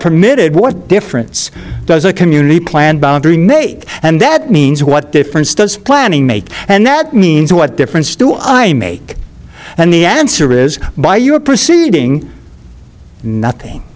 permitted what difference does a community plan boundary make and that means what difference does planning make and that means what difference do i make and the answer is by you a proceeding nothing